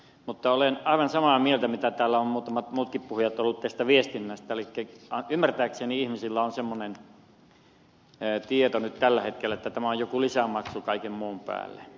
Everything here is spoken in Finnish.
mutta olen aivan samaa mieltä mitä täällä ovat muutamat muutkin puhujat olleet viestinnästä elikkä ymmärtääkseni ihmisillä on semmoinen tieto nyt tällä hetkellä että tämä on joku lisämaksu kaiken muun päälle